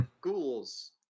ghouls